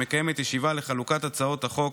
והיא מקיימת ישיבה לחלוקת הצעות החוק